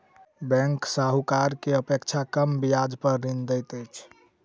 bank साहूकार के अपेक्षा कम ब्याज पर ऋण दैत अछि